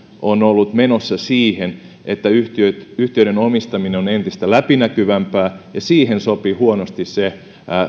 on ollut menossa siihen että yhtiöiden yhtiöiden omistaminen on entistä läpinäkyvämpää ja siihen sopi huonosti se